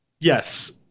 Yes